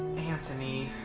anthony.